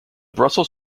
brussels